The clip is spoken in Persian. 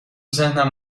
ذهنم